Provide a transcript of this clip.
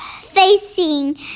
facing